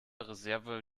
reserve